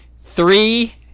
three